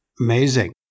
Amazing